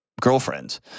girlfriends